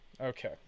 Okay